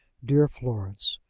dear florence!